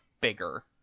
bigger